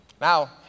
Now